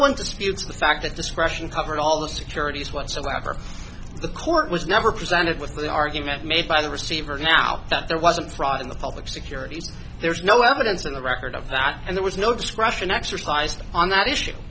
disputes the fact that discretion covered all the securities whatsoever the court was never presented with the argument made by the receiver now that there was a problem in the public securities there's no evidence on the record of that and there was no discretion exercised on that issue